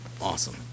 awesome